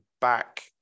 back